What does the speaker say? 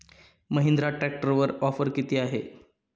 महिंद्रा ट्रॅक्टरवर ऑफर किती आहे?